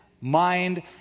mind